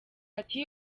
ati